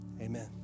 amen